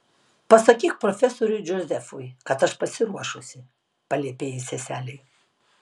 pasakyk profesoriui džozefui kad aš pasiruošusi paliepė ji seselei